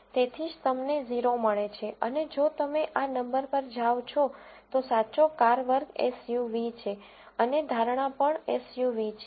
તેથી જ તમને 0 મળે છે અને જો તમે આ નંબર પર જાઓ છો તો સાચો કાર વર્ગ એસયુવી છે અને ધારણા પણ એસયુવી છે